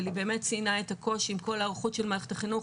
אבל היא באמת ציינה את הקושי עם כל ההיערכות של מערכת החינוך